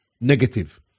negative